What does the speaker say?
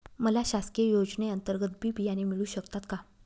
मला शासकीय योजने अंतर्गत बी बियाणे मिळू शकतात का?